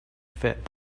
fit